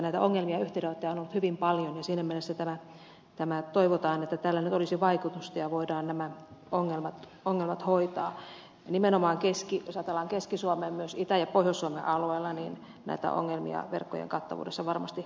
näitä ongelmia ja yhteydenottoja on ollut hyvin paljon ja siinä mielessä toivotaan että tällä nyt olisi vaikutusta ja voidaan nämä ongelmat hoitaa nimenomaan jos ajatellaan keski suomea myös itä ja pohjois suomen alueella näitä ongelmia verkkojen kattavuudessa varmasti löytyy